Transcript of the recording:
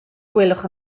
gwelwch